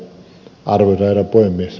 arvoisa herra puhemies